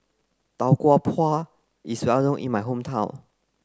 Tau Kwa Pau is well known in my hometown